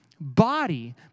body